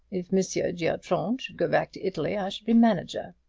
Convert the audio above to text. if monsieur giatron should go back to italy i should be manager.